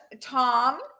Tom